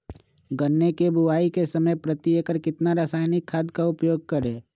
गन्ने की बुवाई के समय प्रति एकड़ कितना रासायनिक खाद का उपयोग करें?